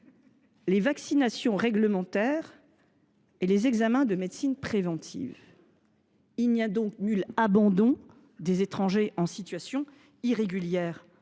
les vaccinations réglementaires et les examens de médecine préventive. Il n’y a donc nul abandon des étrangers en situation irrégulière